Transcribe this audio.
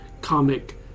comic